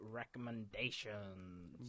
recommendations